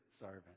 servant